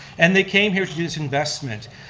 and they came here to do this investment.